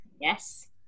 Yes